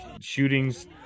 shootings